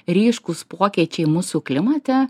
ryškūs pokyčiai mūsų klimate